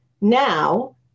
Now